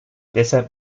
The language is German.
deshalb